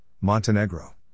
Montenegro